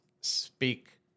speak